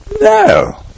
No